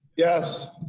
yes.